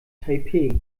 taipeh